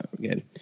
good